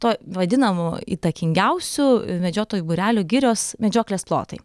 to vadinamu įtakingiausiu medžiotojų būrelio girios medžioklės plotai